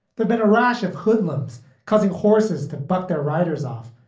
there've been a rash of hoodlums causing horses to buck their riders off.